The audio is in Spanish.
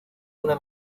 una